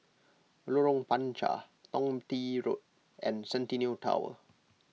Lorong Panchar Thong Bee Road and Centennial Tower